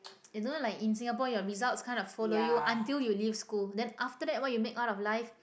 you know like in Singapore your results kind of follow you until you leave school then after that what you make out of life